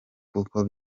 kuko